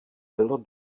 bylo